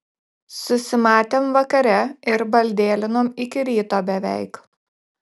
susimatėm vakare ir baldėlinom iki ryto beveik